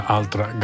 altra